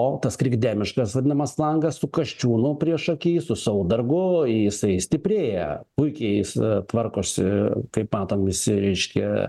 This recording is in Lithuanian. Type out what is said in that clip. o tas krikdemiškas vadinamas langas su kasčiūnu priešaky su saudargu jisai stiprėja puikiai jis tvarkosi kaip matom jis reiškia